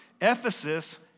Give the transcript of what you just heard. Ephesus